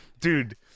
Dude